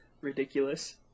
ridiculous